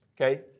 okay